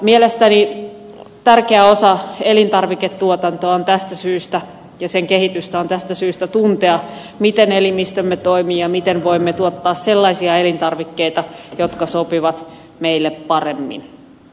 mielestäni tärkeä osa elintarviketuotantoa ja sen kehitystä on tästä syystä tuntea miten elimistömme toimii ja miten voimme tuottaa sellaisia elintarvikkeita jotka sopivat meille paremmin